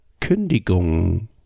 Kündigung